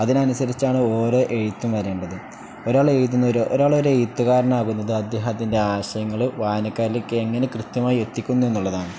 അതിനനുസരിച്ചാണ് ഓരോ എഴുത്തും വരേണ്ടത് ഒരാൾ എഴുതുന്ന ഒരാളൊര എഴുത്തുകാരണമാകുന്നത് അദ്ദേഹ അതിൻ്റെ ആശയങ്ങള് വായനക്കാലക്ക് എങ്ങനെ കൃത്യമായി എത്തിക്കുന്നു എന്നുള്ളതാണ്